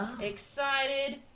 excited